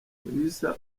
mulisa